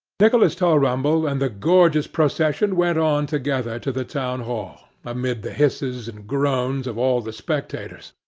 nicholas tulrumble and the gorgeous procession went on together to the town-hall, amid the hisses and groans of all the spectators,